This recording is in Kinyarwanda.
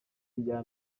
rya